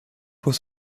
was